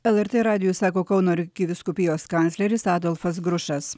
el er tė radijui sako kauno arkivyskupijos kancleris adolfas grušas